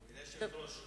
גברתי היושבת-ראש,